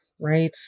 Right